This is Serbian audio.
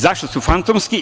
Zašto su fantomski?